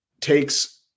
takes